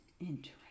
interesting